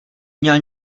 měl